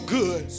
good